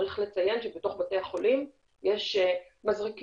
צריך לציין שבתוך בתי החולים יש מזרקים,